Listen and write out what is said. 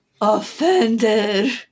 offended